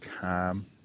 calm